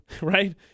Right